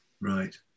Right